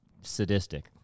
sadistic